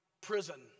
prison